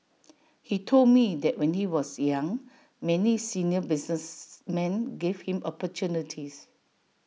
he told me that when he was young many senior businessmen gave him opportunities